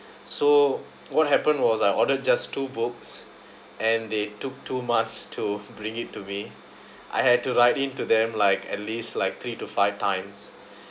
so what happened was I ordered just two books and they took two months to bring it to me I had to write in to them like at least like three to five times